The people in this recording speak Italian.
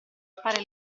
fare